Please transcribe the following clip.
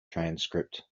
transcript